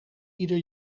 ieder